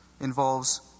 involves